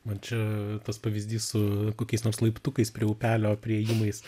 man čia tas pavyzdys su kokiais nors laiptukais prie upelio priėjimais